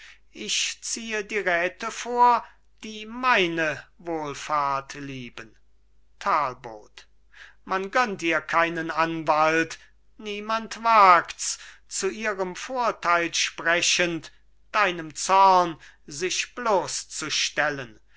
ich ziehe die räte vor die meine wohlfahrt lieben talbot man gönnt ihr keinen anwalt niemand wagt's zu ihrem vorteil sprechend deinem zorn sich